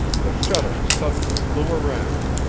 the shutter suddenly flew around,